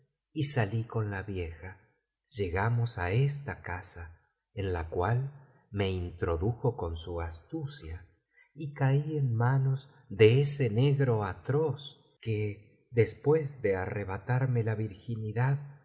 y salí con la vieja llegamos á esta casa en la cual me introdujo con su astucia y caí en manos de ese negro atroz que después de arrebatarme la virginidad